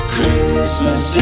Christmas